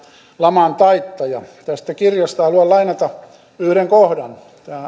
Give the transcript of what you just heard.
laman taittaja tästä kirjasta haluan lainata yhden kohdan täällä